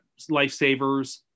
Lifesavers